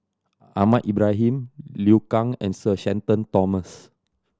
Ahmad Ibrahim Liu Kang and Sir Shenton Thomas